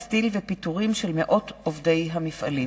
התקנת מעקה גג במבנה ציבור המיועד למתן שירותים לקטינים),